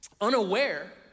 unaware